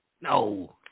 No